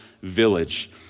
Village